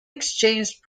exchanged